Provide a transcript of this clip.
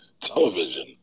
television